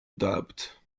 doubt